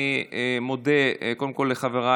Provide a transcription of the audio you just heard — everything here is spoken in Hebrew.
אפילו עשר.